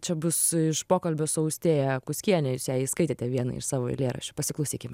čia bus iš pokalbio su austėja kuskiene jūs jai skaitėte vieną iš savo eilėraščių pasiklausykime